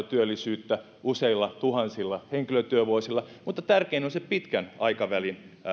työllisyyttä useilla tuhansilla henkilötyövuosilla mutta tärkein on se pitkän aikavälin